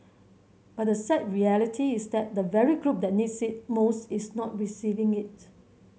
but the sad reality is that the very group that needs it most is not receiving it